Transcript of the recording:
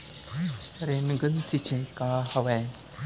Rain gun सिंचाई का हवय?